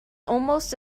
almost